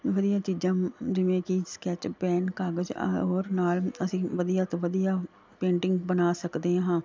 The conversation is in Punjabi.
ਵਧੀਆ ਚੀਜ਼ਾਂ ਹੋਣ ਜਿਵੇਂ ਕਿ ਸਕੈਚ ਪੈਨ ਕਾਗਜ਼ ਔਰ ਨਾਲ ਅਸੀਂ ਵਧੀਆ ਤੋਂ ਵਧੀਆ ਪੇਂਟਿੰਗ ਬਣਾ ਸਕਦੇ ਹਾਂ